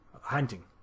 hunting